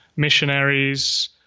missionaries